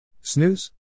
Snooze